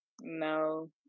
no